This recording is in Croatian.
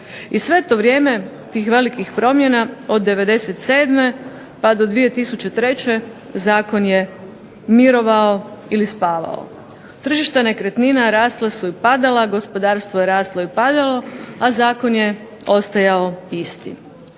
I sve to vrijeme, tih velikih promjena, od '97. pa do 2003. zakon je mirovao, ili spavao. Tržište nekretnina rasla su i padala, gospodarstvo je raslo i padalo, a zakon je ostajao isti.